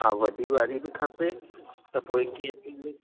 हा वॾी वारी बि खपे त पोइ एकवीह सीट